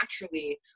naturally